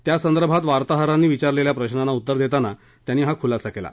त्यासंदर्भात वार्ताहरांनी विचारलेल्या प्रश्नांना उत्तर देताना त्यांनी हा खुलासा केला